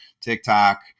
TikTok